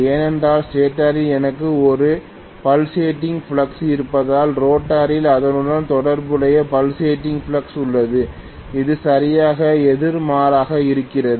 ஏனென்றால் ஸ்டேட்டரில் எனக்கு ஒரு பல்சேட்டிங் ஃப்ளக்ஸ் இருப்பதால் ரோட்டரில் அதனுடன் தொடர்புடைய பல்சேட்டிங் ஃப்ளக்ஸ் உள்ளது இது சரியாக எதிர்மாறாக இருக்கிறது